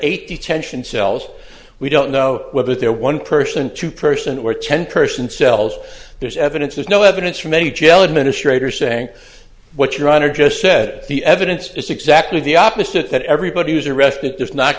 eight detention cells we don't know whether they're one person to person or ten person cells there's evidence there's no evidence from any jail administrator saying what your honor just said the evidence is exactly the opposite that everybody who's arrested